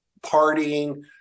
partying